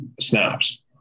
snaps